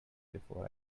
before